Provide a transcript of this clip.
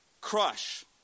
Crush